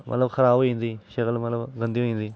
मतलब खराब होई जंदी शक्ल मतलब गंदी होई जंदी